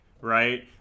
right